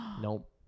Nope